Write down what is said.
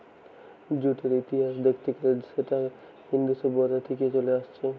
জুটের ইতিহাস দেখত গ্যালে সেটা ইন্দু সভ্যতা থিকে চলে আসছে